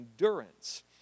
endurance